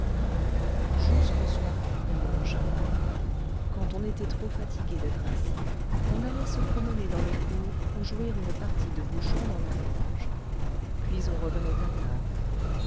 jusqu'au soir on mangea quand on était trop fatigué d'être assis on allait se promener dans les cours ou jouer une partie de bouchon dans la grange puis on revenait à table